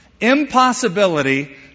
impossibility